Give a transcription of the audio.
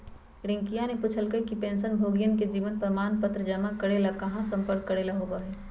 रियंकावा ने पूछल कई कि पेंशनभोगियन के जीवन प्रमाण पत्र जमा करे ला कहाँ संपर्क करे ला होबा हई?